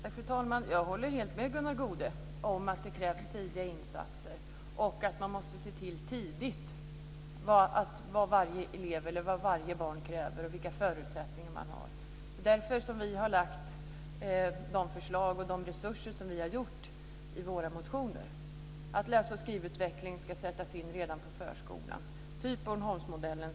Fru talman! Jag håller helt med Gunnar Goude om att det krävs tidiga insatser och att man tidigt måste se till vad varje elev kräver och vilka förutsättningar han eller hon har. Det är därför som vi har lagt fram de förslag och anvisat de resurser som vi har gjort i våra motioner. Läs och skrivutveckling ska sättas in redan i förskolan, typ Bornholmsmodellen.